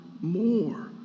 more